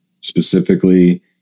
Specifically